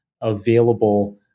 available